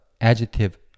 adjective